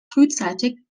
frühzeitig